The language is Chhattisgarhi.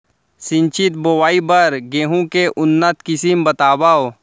सिंचित बोआई बर गेहूँ के उन्नत किसिम बतावव?